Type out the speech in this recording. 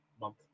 month